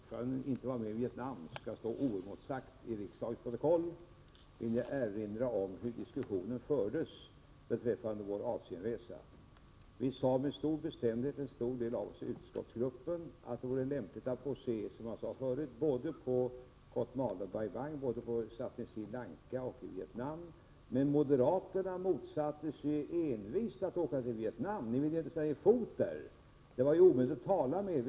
Herr talman! För att inte påståendet om att ordföranden inte var med i Vietnam skall stå oemotsagt i riksdagens protokoll vill jag erinra om hur diskussionen fördes beträffande vår Asienresa. En stor del av utskottsgruppen sade med stor bestämdhet att det vore lämpligt att få se, som jag sade tidigare, både Kotmale och Bai Bang, att få se satsningar i både Sri Lanka och Vietnam. Men moderaterna motsatte sig envist att åka till Vietnam — ni ville inte sätta er fot där. Det var omöjligt att tala med er.